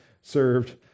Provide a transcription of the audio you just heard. served